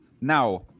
Now